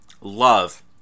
love